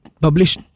publish